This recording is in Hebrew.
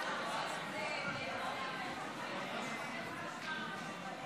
41 בעד, 30 נגד, אין נמנעים.